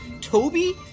Toby